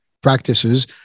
practices